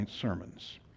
sermons